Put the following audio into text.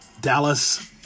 Dallas